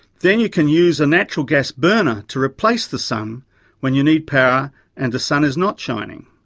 then you can use a natural gas burner to replace the sun when you need power and the sun is not shining.